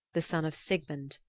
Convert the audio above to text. the son of sigmund,